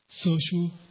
social